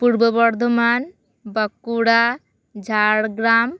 Purba Bardhaman Bankura Jhargram